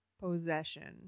possession